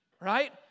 Right